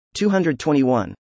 221